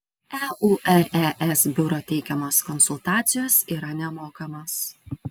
eures biuro teikiamos konsultacijos yra nemokamos